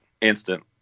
instant